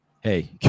hey